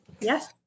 Yes